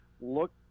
look